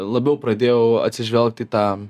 labiau pradėjau atsižvelgt į tą